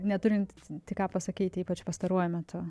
neturinti ką pasakyti ypač pastaruoju metu